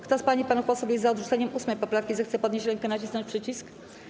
Kto z pań i panów posłów jest za odrzuceniem 8. poprawki, zechce podnieść rękę i nacisnąć przycisk.